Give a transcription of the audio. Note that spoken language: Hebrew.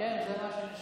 כן, זה מה שנשאר.